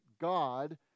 god